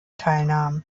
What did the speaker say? teilnahm